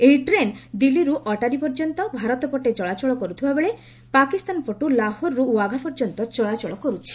ଏହି ଟ୍ରେନ୍ ଦିଲ୍ଲୀରୁ ଅଟ୍ଟାରି ପର୍ଯ୍ୟନ୍ତ ଭାରତ ପଟେ ଚଳାଚଳ କରୁଥିଲାବେଳେ ପାକିସ୍ତାନ ପଟୁ ଲାହୋରୁ ୱାଘା ପର୍ଯ୍ୟନ୍ତ ଚଳାଚଳ କର୍ତ୍ତୁଛି